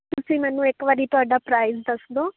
ਤੁਸੀਂ ਮੈਨੂੰ ਇੱਕ ਵਾਰੀ ਤੁਹਾਡਾ ਪ੍ਰਾਈਜ ਦੱਸ ਦਿਉ